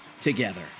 together